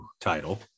title